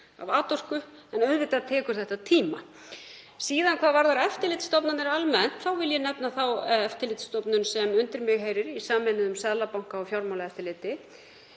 af atorku, en auðvitað tekur þetta tíma. Hvað varðar eftirlitsstofnanirnar almennt vil ég nefna þá eftirlitsstofnun sem undir mig heyrir í sameinuðum Seðlabanka og Fjármálaeftirliti.